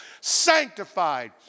sanctified